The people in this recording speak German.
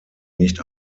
nicht